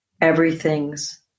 Everything's